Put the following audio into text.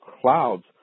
clouds